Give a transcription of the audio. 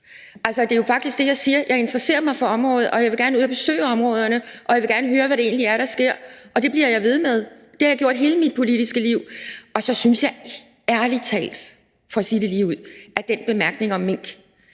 Altså, jeg siger jo faktisk, at jeg interesserer mig for området, og jeg vil gerne ud at besøge de forskellige områder, og jeg vil gerne høre, hvad det egentlig er, der sker, og det bliver jeg ved med. Det har jeg gjort hele mit politiske liv. Og så synes jeg ærlig talt for at sige det ligeud, at den bemærkning om mink